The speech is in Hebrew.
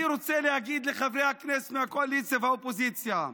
אני רוצה להגיד לחברי הכנסת מהקואליציה והאופוזיציה: